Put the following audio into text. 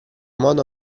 modo